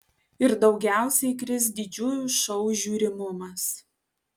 ir daugiausiai kris didžiųjų šou žiūrimumas